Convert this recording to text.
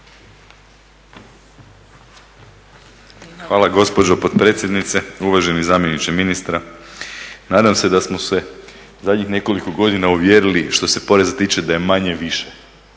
Hvala gospođo potpredsjednice. Uvaženi zamjeniče ministra. Nadam se da smo se zadnjih nekoliko godina uvjerili što se poreza tiče da je manje više.